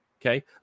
okay